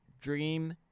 Dream